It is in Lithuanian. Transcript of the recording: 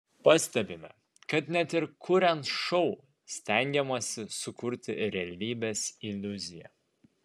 pastebime kad net ir kuriant šou stengiamasi sukurti realybės iliuziją